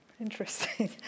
Interesting